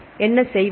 எனவே என்ன செய்வது